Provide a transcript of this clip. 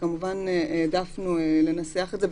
כמובן העדפנו לנסח את זה,